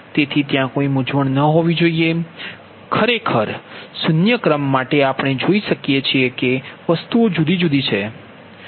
તેથી ત્યાં કોઈ મૂંઝવણ ન હોવી જોઈએ અને શૂન્ય ક્રમ માટે આપણે જોઈ શકીએ છીએ કે વસ્તુઓ જુદી જુદી છે